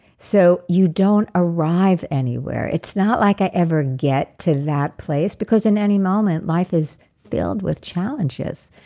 so you don't arrive anywhere. it's not like i ever get to that place, because in any moment, life is filled with challenges.